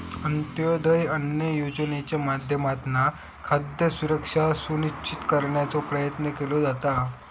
अंत्योदय अन्न योजनेच्या माध्यमातना खाद्य सुरक्षा सुनिश्चित करण्याचो प्रयत्न केलो जाता